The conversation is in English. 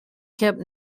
kept